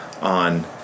on